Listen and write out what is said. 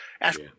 ask